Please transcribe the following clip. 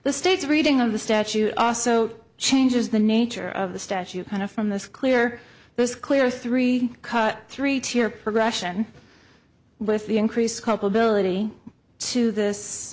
the state's reading of the statute also changes the nature of the statute kind of from this clear this clear three cut three tier progression with the increase culpability to this